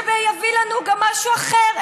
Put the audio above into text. שיביא לנו משהו אחר,